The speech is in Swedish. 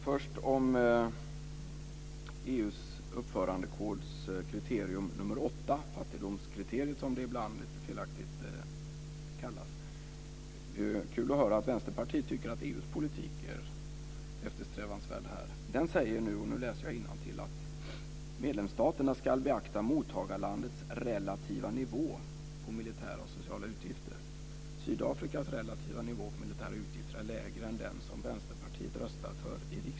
Fru talman! Först vill jag ta upp EU:s uppförandekods kriterium nr 8, fattigdomskriteriet som det ibland lite felaktigt kallas. Det är ju kul att höra att Vänsterpartiet tycker att EU:s politik är eftersträvansvärd här. Där sägs att medlemsstaterna ska beakta mottagarlandets relativa nivå på militära och sociala utgifter. Sydafrikas relativa nivå på militära utgifter är lägre än den som Vänsterpartiet röstar för i riksdagen.